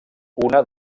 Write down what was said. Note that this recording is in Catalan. una